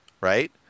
right